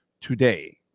today